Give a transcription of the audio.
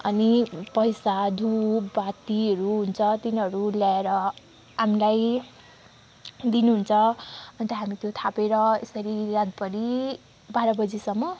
अनि पैसा धुपबातीहरू हुन्छ तिनीहरू ल्याएर हामीलाई दिनुहुन्छ अन्त हामी त्यो थापेर यसरी रातभरि बाह्र बजीसम्म